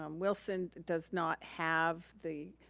um wilson does not have the